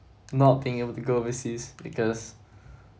not being able to go overseas because